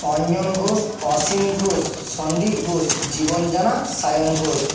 Anjan Ghosh Asim Ghosh Sandip Bose Jiban Jana Sayan Ghosh